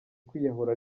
kwiyahura